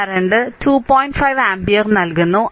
5 ampere നൽകുന്നു